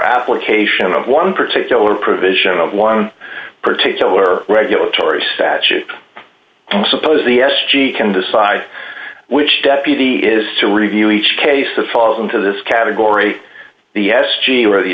application of one particular provision of one particular regulatory statute and suppose the s g can decide which deputy is to review each case the falls into this category the s g or the